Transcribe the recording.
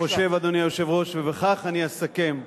אדוני היושב-ראש, אני חושב, ובכך אני אסכם,